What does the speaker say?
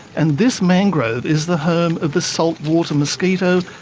and this mangrove is the home of the saltwater mosquito,